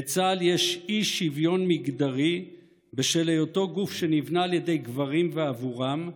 בצה"ל יש אי-שוויון מגדרי בשל היותו גוף שנבנה על ידי גברים ועבורם,